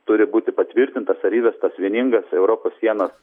turi būti patvirtintas ar įvestas vieningas europos sienos